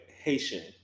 Haitian